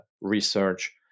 research